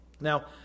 Now